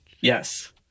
Yes